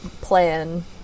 plan